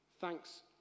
Thanks